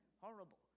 horrible